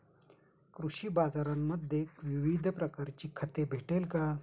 कृषी बाजारांमध्ये विविध प्रकारची खते भेटेल का?